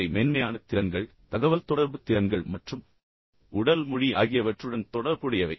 இவை மென்மையான திறன்கள் தகவல்தொடர்பு திறன்கள் மற்றும் உடல் மொழி ஆகியவற்றுடன் தொடர்புடையவை